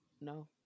No